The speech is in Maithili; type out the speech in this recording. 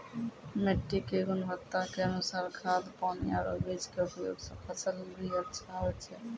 मिट्टी के गुणवत्ता के अनुसार खाद, पानी आरो बीज के उपयोग सॅ फसल भी अच्छा होय छै